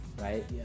right